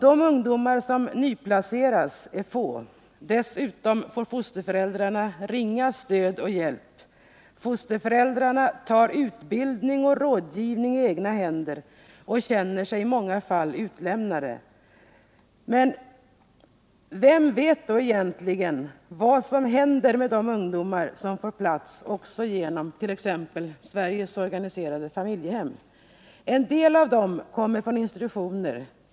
De ungdomar som nyplaceras är få till antalet. Dessutom får fosterföräldrarna ringa stöd och hjälp. Fosterföräldrarna får ta rådgivning och utbildning i egna händer, och i många fall känner de sig utlämnade. Vem vet vad som egentligen händer o å med de ungdomar som får en plats genom t. ex Sveriges organiserade familjehem? En del av dem kommer från institutioner.